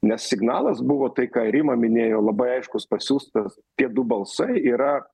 nes signalas buvo tai ką ir rima minėjo labai aiškus pasiųstas tie du balsai yra